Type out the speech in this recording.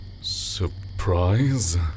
Surprise